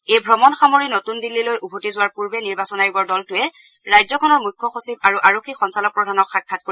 এই ভ্ৰমণ সামৰি নতন দিল্লীলৈ উভতি যোৱা পূৰ্বে নিৰ্বাচন আয়োগৰ দলটোৱে ৰাজ্যখনৰ মুখ্য সচিব আৰু আৰক্ষী সঞ্চালক প্ৰধানক সাক্ষাৎ কৰিব